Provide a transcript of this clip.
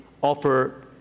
offer